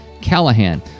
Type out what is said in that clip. callahan